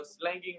slanging